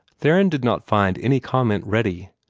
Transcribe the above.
theron did not find any comment ready,